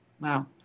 Wow